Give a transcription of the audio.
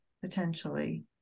potentially